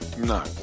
No